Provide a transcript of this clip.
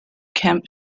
kemp